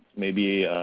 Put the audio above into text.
maybe